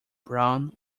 brown